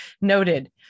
noted